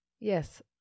Yes